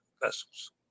vessels